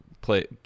play